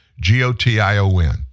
G-O-T-I-O-N